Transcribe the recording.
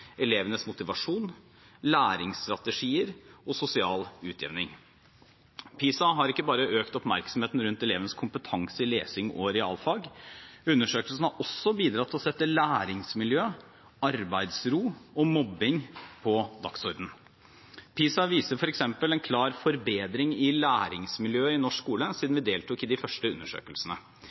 elevenes motivasjon, læringsstrategier og sosial utjevning. PISA har ikke bare økt oppmerksomheten rundt elevenes kompetanse i lesing og realfag. Undersøkelsen har også bidratt til å sette læringsmiljøet, arbeidsro og mobbing på dagsordenen. PISA viser f.eks. en klar forbedring i læringsmiljøet i norsk skole siden vi deltok i de første undersøkelsene.